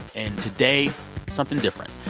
and today something different.